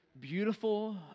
Beautiful